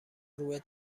روی